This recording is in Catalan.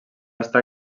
estar